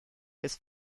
his